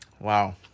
Wow